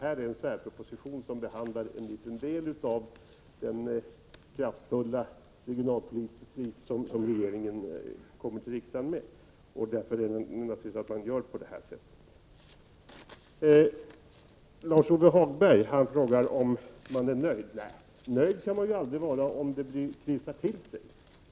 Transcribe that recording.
Nu behandlar vi en särproposition som gäller en liten del av den kraftfulla regionalpolitik som regeringen kommer till riksdagen med. Lars-Ove Hagberg frågade om jag är nöjd. Nöjd kan man inte vara om det krisar till sig.